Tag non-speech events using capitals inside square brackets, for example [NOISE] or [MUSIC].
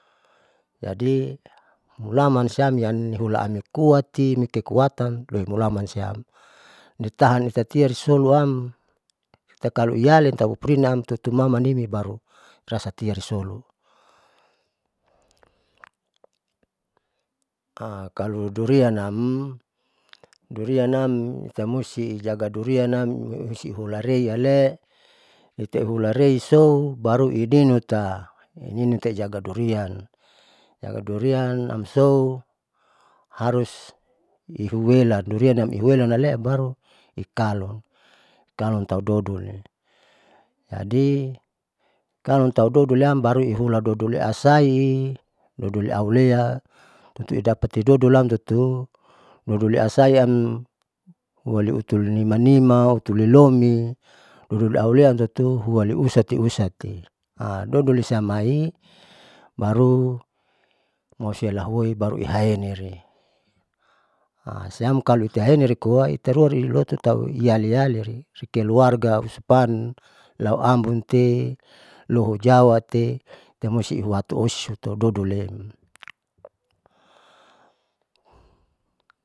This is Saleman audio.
Jadi mulaman siam ianihula ami kuati nikekuatan loi mulaman siam nitahan nitatiarisoluam ita kalo ialin ipupurinaam tutuna manimi baru rasa tia risolun, [HESITATION] kalu duriannam durianam itamusti jaga durianam hisihulareyale lutuulareiso baru ininuta ininute nijaga durian, jagadurian amsou harus ihuela durianam uwelanamle baru ikalo kalomtau dodoli jadi kalon tau dodoliam baru ihula doodle asai doodle aulea tutui dapati dodolam tutu doodle asaiam huoliutu nima nima hule lomi ruirui auleamhutu hualiusati sati [HESITATION] dodolisiam hai baru malusia lahuoi, baru ihaeniri [HESITATION] siam kaloitehareni koa itarualiloto tau iyaliyali keluarga usupan lau ambonte lohu jawatetemusti ihuatuosia tutau dodol leem. [NOISE]